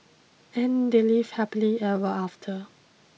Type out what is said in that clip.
and they lived happily ever after